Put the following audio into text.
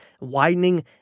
widening